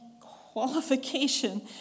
qualification